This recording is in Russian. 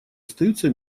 остаются